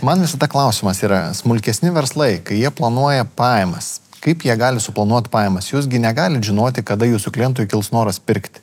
man visada klausimas yra smulkesni verslai kai jie planuoja pajamas kaip jie gali suponuot pajamas jūs gi negalit žinoti kada jūsų klientui kils noras pirkti